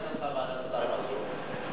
מתי בפעם האחרונה התכנסה ועדת השרים הזאת?